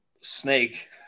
snake